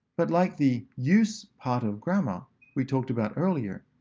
but like the use part of grammar we talked about earlier,